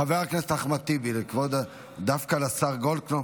חבר הכנסת אחמד טיבי, דווקא לשר גולדקנופ?